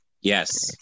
Yes